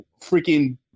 freaking